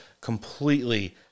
completely